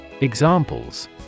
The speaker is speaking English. Examples